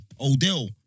Odell